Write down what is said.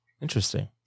Interesting